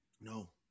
No